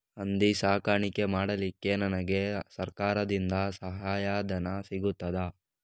ಹಂದಿ ಸಾಕಾಣಿಕೆ ಮಾಡಲಿಕ್ಕೆ ನನಗೆ ಸರಕಾರದಿಂದ ಸಹಾಯಧನ ಸಿಗುತ್ತದಾ?